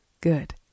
Good